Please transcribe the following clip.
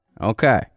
okay